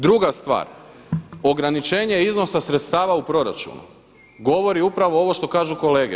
Druga stvar, ograničenje iznosa sredstava u proračunu govori upravo ovo što kažu kolege.